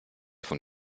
von